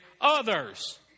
others